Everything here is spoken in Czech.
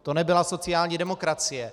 To nebyla sociální demokracie.